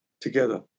together